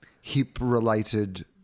hip-related